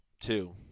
Two